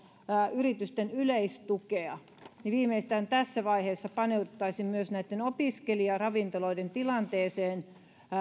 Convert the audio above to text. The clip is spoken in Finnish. yritysten yleistukea niin viimeistään tässä vaiheessa paneuduttaisiin myös näitten opiskelijaravintoloiden tilanteeseen